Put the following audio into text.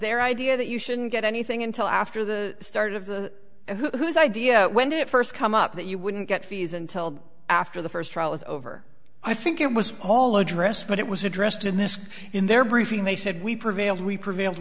their idea that you shouldn't get anything until after the start of the and whose idea when did it first come up that you wouldn't get fees until after the first trial is over i think it was all addressed but it was addressed in this in their briefing they said we prevailed we prev